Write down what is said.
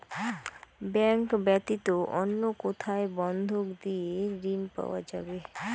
Bank ব্যাতীত অন্য কোথায় বন্ধক দিয়ে ঋন পাওয়া যাবে?